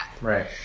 right